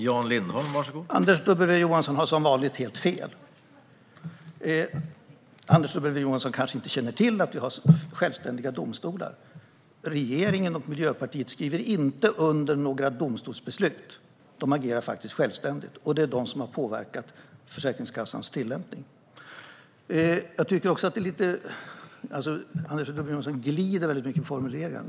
Herr talman! Anders W Jonsson har som vanligt helt fel. Han kanske inte känner till att vi har självständiga domstolar. Regeringen och Miljöpartiet skriver inte under några domstolsbeslut, utan domstolarna agerar självständigt - och det är de som har påverkat Försäkringskassans tillämpning. Jag tycker också att Anders W Jonsson glider mycket i sina formuleringar.